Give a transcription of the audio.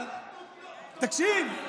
תקשיב.